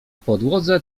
podłodze